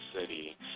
City